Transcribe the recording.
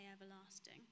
everlasting